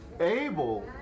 Abel